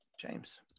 James